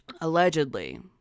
allegedly